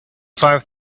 five